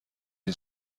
این